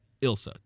ilsa